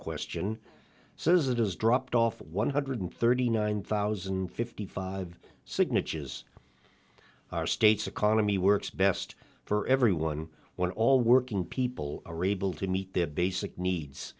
question says it has dropped off one hundred thirty nine thousand and fifty five signatures our state's economy works best for everyone when all working people are able to meet their basic needs